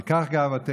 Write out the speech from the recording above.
על כך גאוותנו,